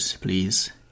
please